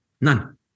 none